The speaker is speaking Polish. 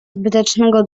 zbytecznego